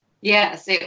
Yes